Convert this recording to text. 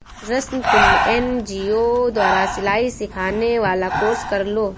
रश्मि तुम एन.जी.ओ द्वारा सिलाई सिखाने वाला कोर्स कर लो